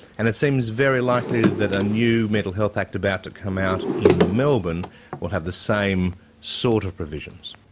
and it seems very likely that a new mental health act about to come out in melbourne will have the same sort of provisions.